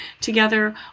together